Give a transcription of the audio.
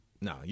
No